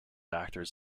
actors